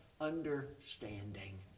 understanding